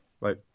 Right